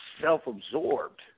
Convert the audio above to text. self-absorbed